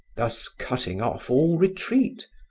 thus cutting off all retreat,